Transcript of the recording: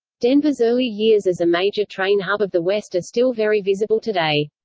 denver's early years as a major train hub of the west are still very visible today.